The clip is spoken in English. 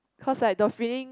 cause like the feeling